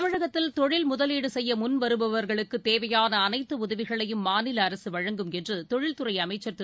தமிழகத்தில் தொழில் முதலீடுசெய்யமுன்வருபவா்களுக்குதேவையானஅனைத்துஉதவிகளையும் மாநிலஅரசுவழங்கும் என்றுதொழில்துறைஅமைச்சா் திரு